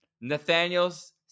Nathaniel's